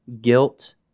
guilt